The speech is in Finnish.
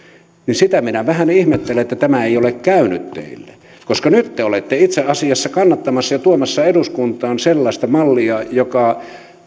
sitä minä vähän ihmettelen että tämä ei ole käynyt teille koska nyt te te olette itse asiassa kannattamassa ja tuomassa eduskuntaan sellaista mallia joka